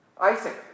Isaac